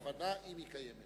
לחזור בהם מהכוונה אם היא קיימת.